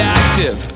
active